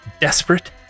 desperate